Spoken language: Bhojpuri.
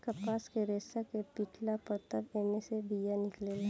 कपास के रेसा के पीटाला तब एमे से बिया निकलेला